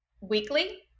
weekly